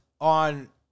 on